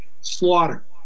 slaughter